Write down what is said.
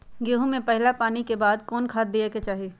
गेंहू में पहिला पानी के बाद कौन खाद दिया के चाही?